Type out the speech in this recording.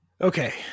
Okay